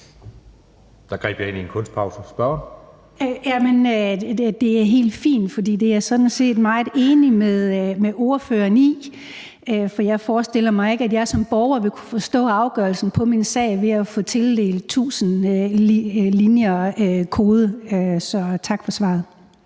Spørgeren. Kl. 12:21 Dina Raabjerg (KF): Det er helt fint, for det er jeg sådan set meget enig med ordføreren i. For jeg forestiller mig ikke, at jeg som borger vil kunne forstå afgørelsen på min sag ved at få tildelt tusinde linjer kode, så tak for svaret.